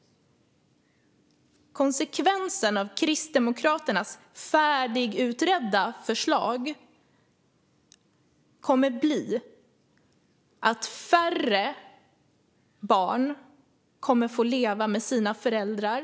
Konsekvenserna av Kristdemokraternas färdigutredda förslag kommer att bli att färre barn kommer att få leva med sina föräldrar.